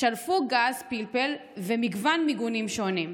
שלפו גז פלפל ומגוון מיגונים שונים.